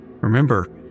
Remember